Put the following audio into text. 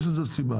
יש לזה סיבה.